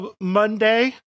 Monday